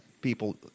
people